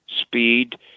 speed